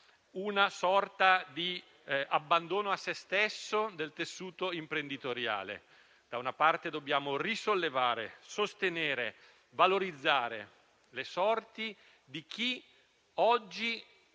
una sorta di abbandono a se stesso del tessuto imprenditoriale. Dobbiamo risollevare, sostenere e valorizzare le sorti di chi oggi